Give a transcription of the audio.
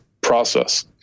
process